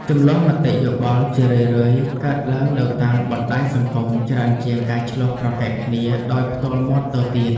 ជម្លោះមតិយោបល់ជារឿយៗកើតឡើងនៅតាមបណ្តាញសង្គមច្រើនជាងការឈ្លោះប្រកែកគ្នាដោយផ្ទាល់មាត់ទៅទៀត។